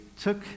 took